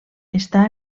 està